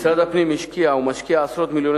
משרד הפנים השקיע ומשקיע עשרות מיליוני